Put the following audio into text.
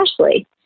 Ashley